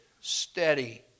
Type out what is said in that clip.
steady